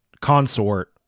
consort